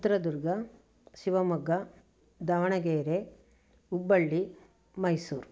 Chitradurga Shivamogga Davanagere Hubballi Mysuru